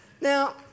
Now